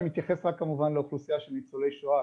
אני מתייחס רק כמובן לאוכלוסייה של ניצולי שואה,